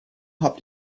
habt